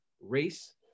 race